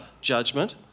judgment